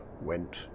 went